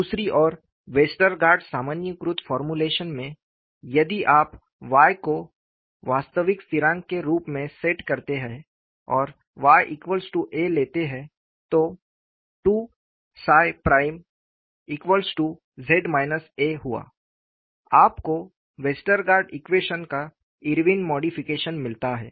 दूसरी ओर वेस्टरगार्ड सामान्यीकृत फॉर्मूलेशन में यदि आप Y को वास्तविक स्थिरांक के रूप में सेट करते हैं और YA लेते है तो 2Z A हुआ आपको वेस्टरगार्ड इक्वेशन का इरविन मॉडिफिकेशन मिलता है